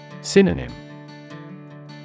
Synonym